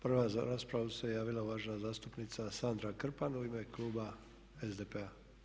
Prva za raspravu se javila uvažena zastupnica Sandra Krpan u ime kluba SDP-a.